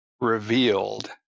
revealed